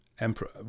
Emperor